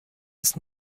ist